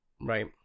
Right